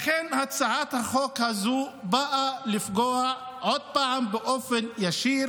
לכן הצעת החוק הזאת באה לפגוע עוד פעם באופן ישיר